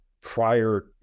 prior